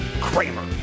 Kramer